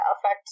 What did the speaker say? affect